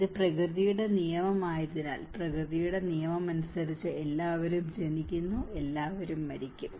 ഇത് പ്രകൃതിയുടെ നിയമമായതിനാൽ പ്രകൃതിയുടെ നിയമമനുസരിച്ച് എല്ലാവരും ജനിക്കുന്നു എല്ലാവരും മരിക്കും